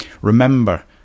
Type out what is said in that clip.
Remember